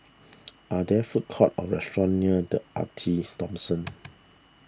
are there food courts or restaurants near the Arte Thomson